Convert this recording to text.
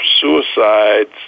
suicides